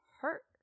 hurt